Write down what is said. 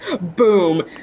boom